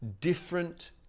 different